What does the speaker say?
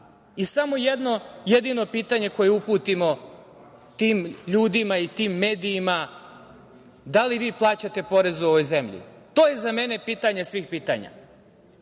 jedno jedino pitanje koje uputimo tim ljudima i tim medijima, da li vi plaćate porez u ovoj zemlji? To je za mene pitanje svih pitanja.